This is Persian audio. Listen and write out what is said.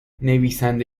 نویسنده